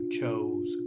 chose